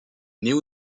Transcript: néo